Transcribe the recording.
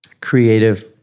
creative